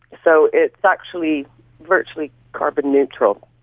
so it's actually virtually carbon neutral.